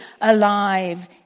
alive